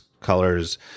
colors